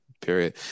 period